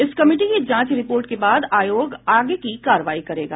इस कमिटी की जांच रिपोर्ट के बाद आयोग आगे की कार्रवाई करेगा